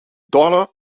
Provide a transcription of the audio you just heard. dorre